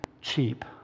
cheap